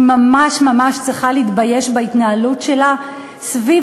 היא ממש ממש צריכה להתבייש בהתנהלות שלה סביב